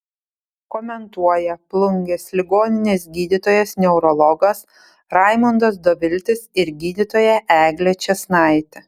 komentuoja plungės ligoninės gydytojas neurologas raimondas doviltis ir gydytoja eglė čėsnaitė